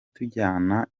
tujyana